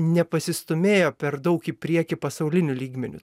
nepasistūmėjo per daug į priekį pasauliniu lygmeniu